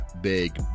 big